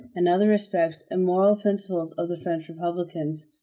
in other respects immoral principles of the french republicans